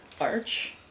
Arch